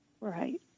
Right